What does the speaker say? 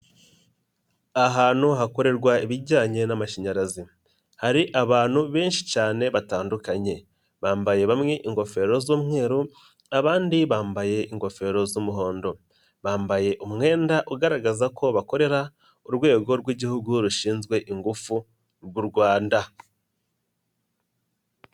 Ahantu hakorerwa ibijyanye n'amashanyarazi, hari abantu benshi cyane batandukanye, bambaye bamwe ingofero z'umweru, abandi bambaye ingofero z'umuhondo, bambaye umwenda ugaragaza ko bakorera urwego rw'Igihugu rushinzwe ingufu rw'u Rwanda.